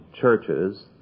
churches